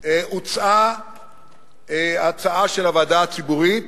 הוצעה הצעה של הוועדה הציבורית,